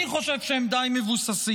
אני חושב שהם די מבוססים.